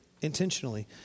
intentionally